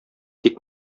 тик